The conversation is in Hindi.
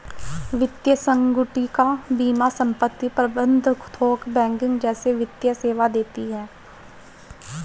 वित्तीय संगुटिका बीमा संपत्ति प्रबंध थोक बैंकिंग जैसे वित्तीय सेवा देती हैं